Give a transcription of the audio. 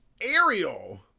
Ariel